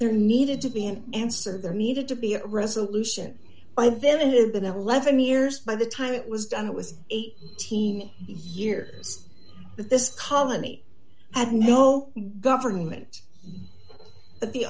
there needed to be an answer there needed to be a resolution by then and had been eleven years by the time it was done with eight teen years that this colony had no government but the